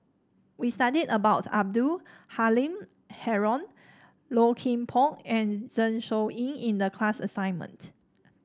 we studied about Abdul Halim Haron Low Kim Pong and Zeng Shouyin in the class assignment